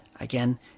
again